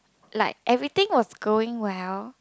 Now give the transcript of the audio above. like everything was going well